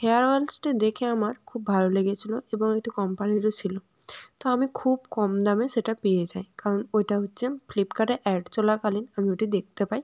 hair অয়েলসটা দেখে আমার খুব ভালো লেগেছিল এবং এটি কোম্পানিরও ছিল তো আমি খুব কম দামে সেটা পেয়ে যাই কারণ ওইটা হচ্ছে ফ্লিপকার্টে অ্যাড চলাকালীন আমি ওটি দেখতে পাই